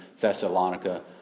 Thessalonica